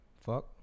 Fuck